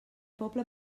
poble